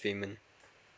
payment